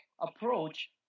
approach